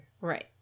Right